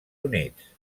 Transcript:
units